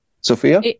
Sophia